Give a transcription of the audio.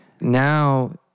now